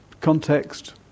Context